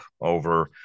over